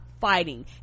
fighting